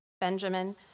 Benjamin